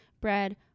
bread